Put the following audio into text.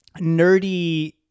nerdy